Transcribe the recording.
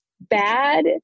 Bad